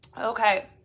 Okay